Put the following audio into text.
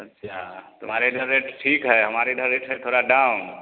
अच्छा तुम्हारे इधर रेट ठीक है हमारे इधर रेट है थोड़ा डाउन